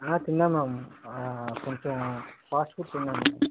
తిన్నాను మ్యామ్ కొంచెం fast food తిన్నాను